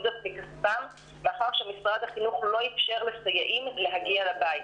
זאת מכספם מאחר שמשרד החינוך לא אפשר לסייעים להגיע לבית.